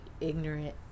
ignorant